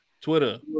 Twitter